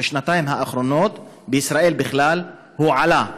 בשנתיים האחרונות בישראל בכלל עלה,